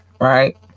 right